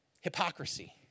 Hypocrisy